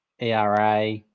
ERA